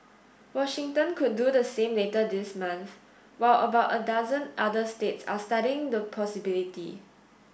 Washington could do the same later this month while about a dozen other states are studying the possibility